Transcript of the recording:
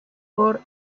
por